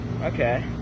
Okay